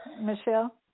Michelle